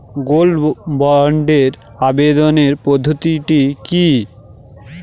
Gold বন্ডে আবেদনের পদ্ধতিটি কি?